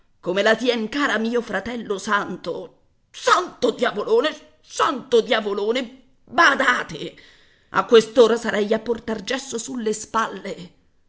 come la tien cara mio fratello santo santo diavolone santo diavolone badate a quest'ora sarei a portar gesso sulle spalle